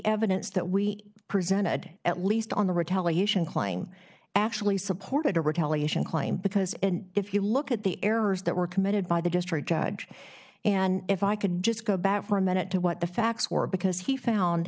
evidence that we presented at least on the retaliation claim actually supported a retaliation claim because if you look at the errors that were committed by the district judge and if i could just go back for a minute to what the facts were because he found